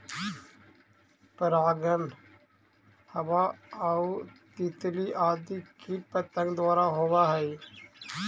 परागण हवा आउ तितली आदि कीट पतंग द्वारा होवऽ हइ